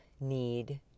need